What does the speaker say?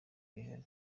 rihari